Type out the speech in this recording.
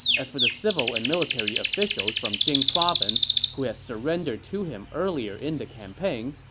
as for the civil and military officials from jing province who had surrendered to him earlier in the campaign,